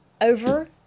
over